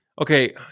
Okay